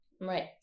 Right